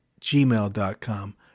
gmail.com